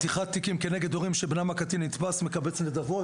פתיחת תיקים כנגד הורים שבנם הקטין נתפס מקבץ נדבות.